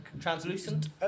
Translucent